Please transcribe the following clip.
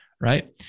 right